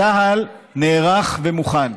צה"ל נערך ומוכן,